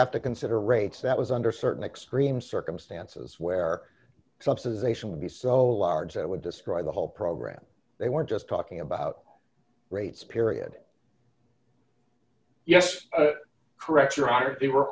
have to consider rates that was under certain extreme circumstances where subsidization would be so large i would describe the whole program they were just talking about rates period yes correct your honor they were